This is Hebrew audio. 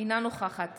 אינה נוכחת